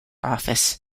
office